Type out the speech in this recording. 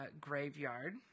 graveyard